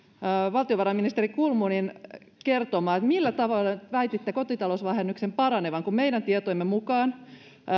valtiovarainministeri kulmunin kertoma millä tavoilla väititte kotitalousvähennyksen paranevan kun meidän tietojemme mukaan